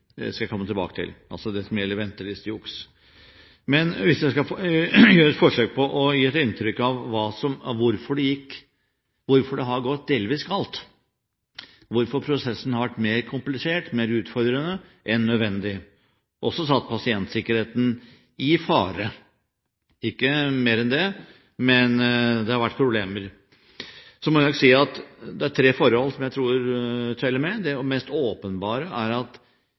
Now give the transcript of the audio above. Det skal jeg komme tilbake til – det som gjelder ventelistejuks. Hvis jeg skal gjøre et forsøk på å gi et inntrykk av hvorfor det har gått delvis galt, hvorfor prosessen har vært mer komplisert og mer utfordrende enn nødvendig og også satt pasientsikkerheten i fare – ikke mer enn det, men det har vært problemer – må jeg si at det er tre forhold som jeg tror teller med. Det mest åpenbare er at